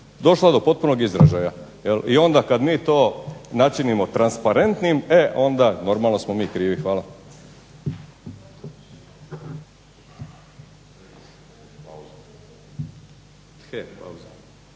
došlo do potpunog izražaja. I onda kad mi to načinimo transparentnim e onda normalno smo mi krivi. Hvala.